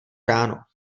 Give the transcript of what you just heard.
ráno